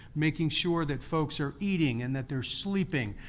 making sure that folks are eating and that they're sleeping.